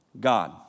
God